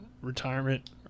retirement